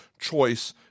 choice